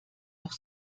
doch